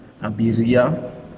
Abiria